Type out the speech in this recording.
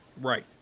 Right